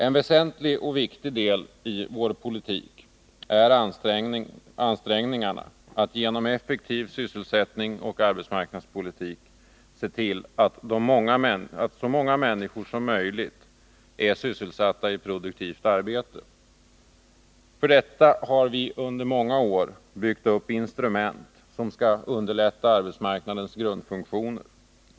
En väsentlig och viktig del i vår politik är ansträngningarna att genom en effektiv sysselsättningsoch arbetsmarknadspolitik se till att så många människor som möjligt är sysselsatta i produktivt arbete. För detta har vi under många år byggt upp instrument, som skall underlätta arbetsmarknadens grundfunktioner.